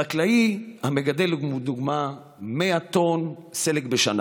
חקלאי המגדל לדוגמה 100 טונות סלק בשנה